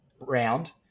round